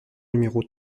numéro